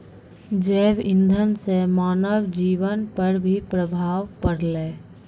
जैव इंधन से मानव जीबन पर भी प्रभाव पड़लै